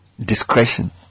discretion